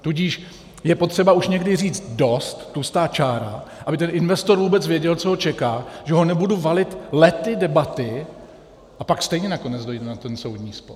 Tudíž je potřeba už někdy říct dost, tlustá čára, aby ten investor vůbec věděl, co ho čeká, že ho nebudu valit lety debaty, a pak stejně nakonec dojde na ten soudní spor.